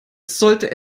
sollte